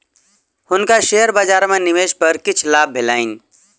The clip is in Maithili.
हुनका शेयर बजार में निवेश पर किछ लाभ भेलैन